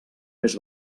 més